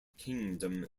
kingdom